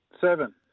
Seven